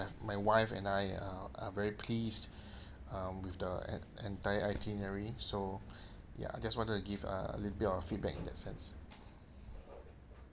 my wife and I are are very pleased um with the en~ entire itinerary so ya just wanted to give a little bit of feedback in that sense